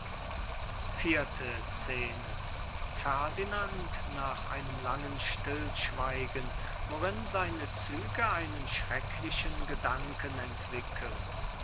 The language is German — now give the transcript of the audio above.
vierte scene ferdinand nach einem langen stillschweigen worin seine züge einen schrecklichen gedanken entwickeln